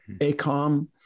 ACOM